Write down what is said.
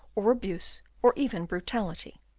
or abuse, or even brutality.